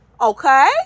okay